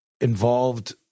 involved